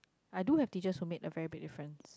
I do have teachers who made a very big difference